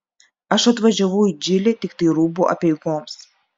aš atvažiavau į džilį tiktai rūbų apeigoms